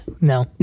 No